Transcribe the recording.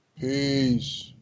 Peace